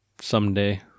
someday